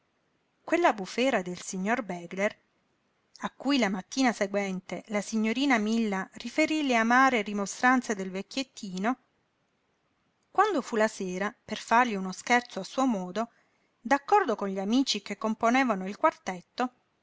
quella bufera del signor begler a cui la mattina seguente la signorina milla riferí le amare rimostranze del vecchiettino quando fu la sera per fargli uno scherzo a suo modo d'accordo con gli amici che componevano il quartetto